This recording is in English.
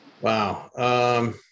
Wow